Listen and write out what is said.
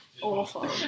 Awful